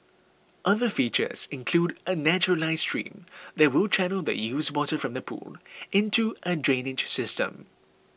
other features include a naturalized stream that will channel the used water from the pool into a drainage system